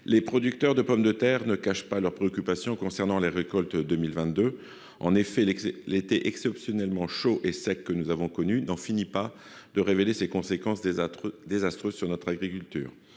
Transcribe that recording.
les producteurs de pommes de terre ne cachent pas leur préoccupation concernant les récoltes 2022, en effet, l'été exceptionnellement chaud et sec que nous avons connu dans finit pas de révéler ses conséquences désastreuses désastreux sur notre agriculture